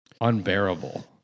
unbearable